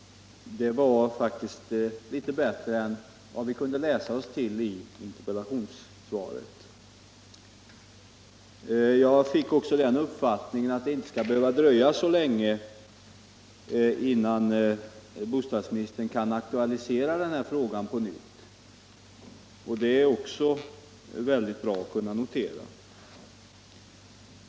Det var faktiskt litet bättre än vad vi kunde läsa oss till i interpellationssvaret. Jag fick den uppfattningen att det inte skall behöva dröja så länge innan bostadsministern kan aktualisera denna fråga på nytt. Det är också mycket bra att kunna notera.